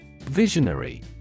Visionary